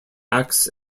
acts